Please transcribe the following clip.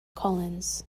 collins